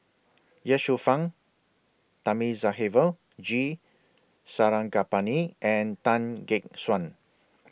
Ye Shufang Thamizhavel G Sarangapani and Tan Gek Suan